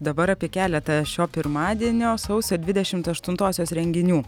dabar apie keletą šio pirmadienio sausio dvidešimt aštuntosios renginių